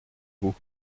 vous